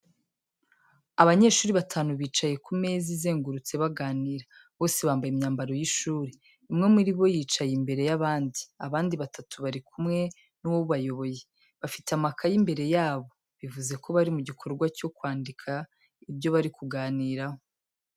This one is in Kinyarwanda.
Abanyeshuri batanu bicaye ku meza izengurutse baganira. Bose bambaye imyambaro y’ishuri. Umwe muri bo yicaye imbere y’abandi. Abandi batatu bari kumwe n'uwo uyoboye, bafite amakayi imbere yabo, bivuze ko bari mu gikorwa cyo kwandika ibyo bari kuganiraho.